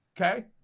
Okay